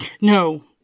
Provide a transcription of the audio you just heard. No